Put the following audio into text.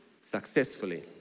successfully